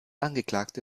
angeklagte